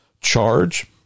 charge